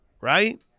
right